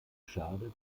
schade